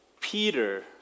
Peter